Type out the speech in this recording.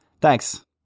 Thanks